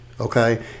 okay